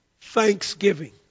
thanksgiving